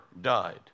died